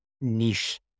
niche